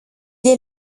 est